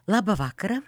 labą vakarą